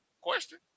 Question